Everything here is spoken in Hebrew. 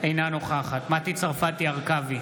אינה נוכחת מטי צרפתי הרכבי,